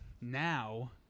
now